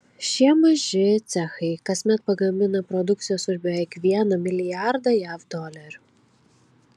šie maži cechai kasmet pagamina produkcijos už beveik vieną milijardą jav dolerių